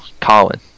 Colin